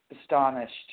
astonished